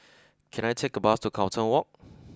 can I take a bus to Carlton Walk